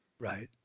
Right